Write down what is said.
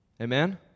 Amen